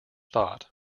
thought